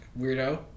Weirdo